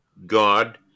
god